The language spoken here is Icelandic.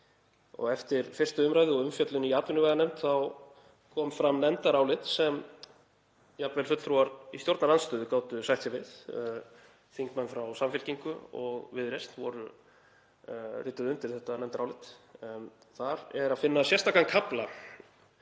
Eftir 1. umræðu og umfjöllun í atvinnuveganefnd kom fram nefndarálit sem jafnvel fulltrúar í stjórnarandstöðu gátu sætt sig við. Þingmenn frá Samfylkingu og Viðreisn rituðu undir það nefndarálit. Þar er að finna sérstakan kafla